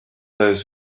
those